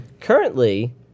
Currently